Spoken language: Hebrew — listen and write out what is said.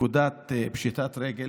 פקודת פשיטת הרגל,